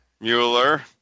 Mueller